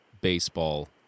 baseball